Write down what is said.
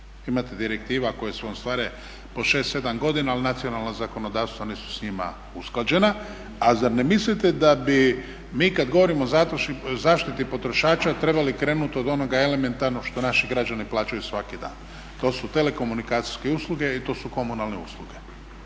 imate direktiva koje su stare po 6, 7 godina ali nacionalna zakonodavstva nisu s njima usklađena. A zar ne mislite da mi kada govorimo o zaštiti potrošača trebali krenuti od onoga elementarno što naši građani plaćaju svaki dan, to su telekomunikacijske usluge, to su komunalne usluge.